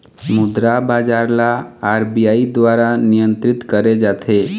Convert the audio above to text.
मुद्रा बजार ल आर.बी.आई दुवारा नियंत्रित करे जाथे